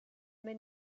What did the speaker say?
may